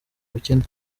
bukene